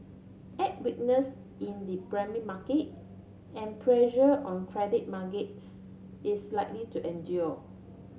add weakness in the market and pressure on credit markets is likely to endure